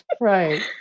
right